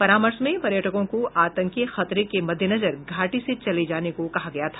परामर्श में पर्यटकों को आतंकी खतरे के मद्देनजर घाटी से चले जाने को कहा गया था